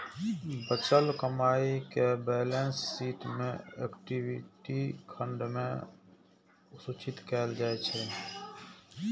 बचल कमाइ कें बैलेंस शीट मे इक्विटी खंड मे सूचित कैल जाइ छै